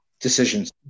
decisions